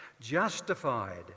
justified